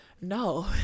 no